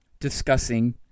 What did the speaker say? discussing